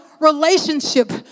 relationship